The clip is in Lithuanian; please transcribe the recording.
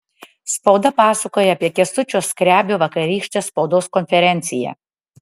spauda pasakoja apie kęstučio skrebio vakarykštę spaudos konferenciją